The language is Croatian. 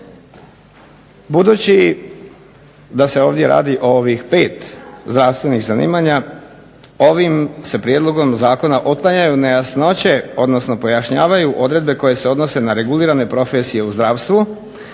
Budući da se ovdje radi o ovih pet zdravstvenih zanimanja ovim se prijedlogom zakona otklanjaju nejasnoće odnosno pojašnjavaju odredbe koje se odnose na regulirane profesije u zdravstvu,